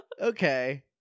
Okay